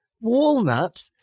Walnut